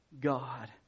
God